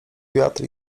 wiatr